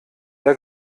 der